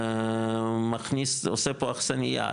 עושה פה אכסנייה,